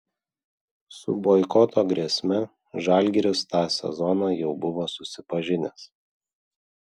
su boikoto grėsme žalgiris tą sezoną jau buvo susipažinęs